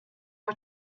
are